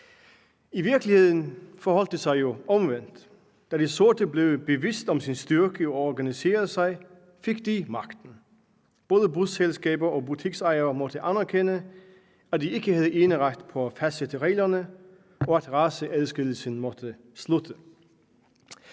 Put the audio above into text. I virkeligheden forholdt det sig jo omvendt. Da de sorte blev bevidst om deres styrke og organiserede sig, fik de magten. Både busselskaber og butiksejere måtte anerkende, at de ikke havde eneret på at fastsætte reglerne, og at raceadskillelsen måtte slutte.